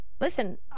listen